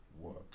work